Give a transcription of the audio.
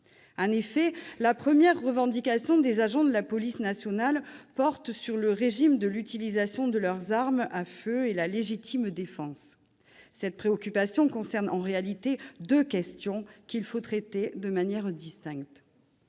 En effet, la première revendication des agents de la police nationale porte sur le régime de l'utilisation de leurs armes à feu et sur la légitime défense. Cette préoccupation comporte en réalité deux questions qu'il faut traiter de manière distincte